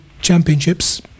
championships